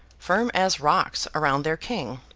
firms as rocks around their king.